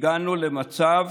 הגענו למצב